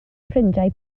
ffrindiau